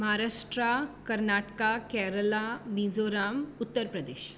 Maharashtra Karnataka Kerala Mizoram Uttar Pradesh